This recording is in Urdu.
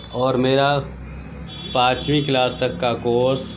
اور میرا پانچویں کلاس تک کا کورس